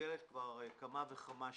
מתגלגלת כבר כמה וכמה שעות.